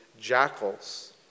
jackals